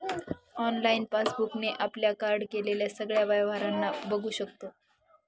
online passbook ने आपल्या card केलेल्या सगळ्या व्यवहारांना बघू शकतो